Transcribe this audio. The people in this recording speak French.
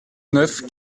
neuf